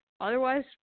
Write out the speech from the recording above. Otherwise